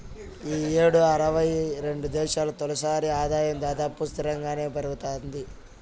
ఈ యేడు అరవై రెండు దేశాల్లో తలసరి ఆదాయం దాదాపు స్తిరంగానే పెరగతాంది